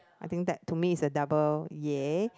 I think that to me is the double ya